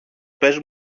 πες